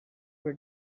were